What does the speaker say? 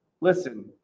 Listen